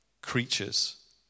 creatures